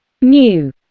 new